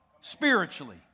spiritually